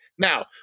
Now